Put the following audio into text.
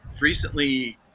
recently